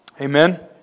Amen